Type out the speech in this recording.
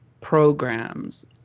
programs